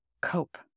cope